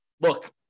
look